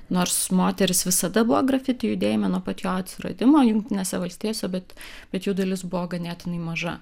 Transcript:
nors moterys visada buvo grafiti judėjime nuo pat jo atsiradimo jungtinėse valstijose bet bet jų dalis buvo ganėtinai maža